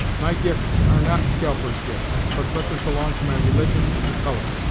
my gifts are not scalpers' gifts, but such as belong to my religion and color.